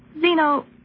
Zeno